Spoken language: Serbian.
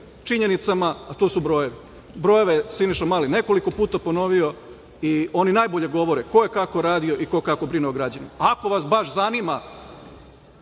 činjenicama, a to su brojevi. Brojeve je Siniša Mali nekoliko puta ponovio i oni najbolje govore ko je kako radio i ko kako brine o građanima. Ako vas baš zanima